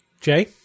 Jay